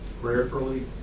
Prayerfully